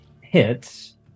hits